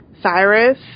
Cyrus